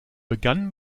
begann